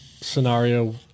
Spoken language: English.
scenario